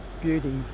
beauty